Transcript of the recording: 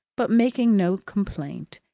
but making no complaint,